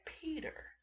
peter